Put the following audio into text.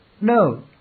No